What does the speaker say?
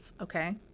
Okay